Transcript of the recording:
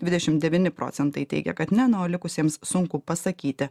dvidešim devyni procentai teigia kad ne na o likusiems sunku pasakyti